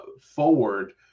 forward